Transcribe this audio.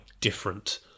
different